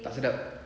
tak sedap